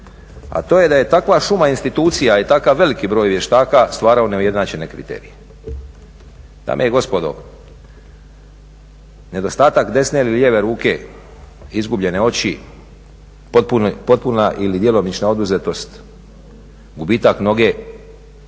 a to je da je takva šuma institucija i takav veliki broj vještaka stvarao neujednačene kriterije. Dame i gospodo, nedostatak desne ili lijeve ruke, izgubljene oči, potpuna ili djelomična oduzetost, gubitak noge,